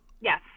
yes